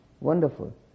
wonderful